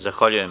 Zahvaljujem.